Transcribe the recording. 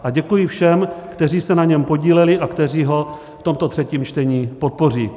A děkuji všem, kteří se na něm podíleli a kteří ho v tomto třetím čtení podpoří.